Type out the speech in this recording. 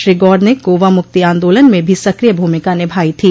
श्री गौर ने गोवा मुक्ति आन्दोलन में भी सक्रिय भूमिका निभाई थी